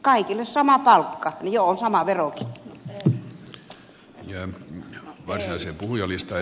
kaikille sama palkka niin jo on sama verokin